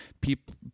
people